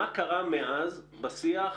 מה קרה מאז בשיח,